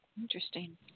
Interesting